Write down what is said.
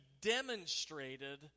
demonstrated